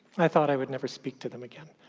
i thought i would never speak to them again.